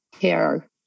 care